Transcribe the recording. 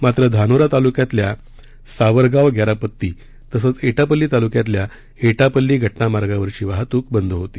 मात्र धानोरा तालुक्यातल्या सावरगाव गॅरापत्ती तसेच एटापल्ली तालुक्यातल्या एटापल्ली गट्टा मार्गावरची वाहतूक बंद होती